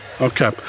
Okay